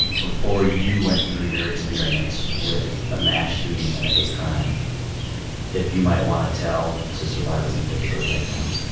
before you went through your experience with a mass shooting and a hate crime that you might want to tell to survivors in pittsburgh right now?